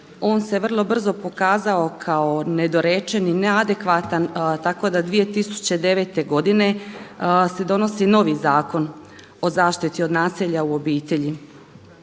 On se vrlo brzo pokazao kao nedorečen i neadekvatan tako da 2009. godine se donosi novi Zakon o zaštiti od nasilja u obitelji.